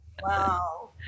wow